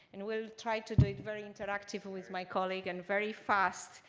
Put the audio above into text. and we'll try to do it very interactive with my colleague and very fast.